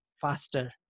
faster